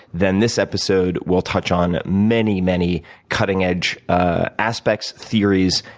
then this episode will touch on many, many cutting-edge ah aspects, theories,